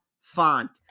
Font